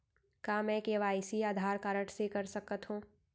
का मैं KYC Aadhaar card से कर सकत हो?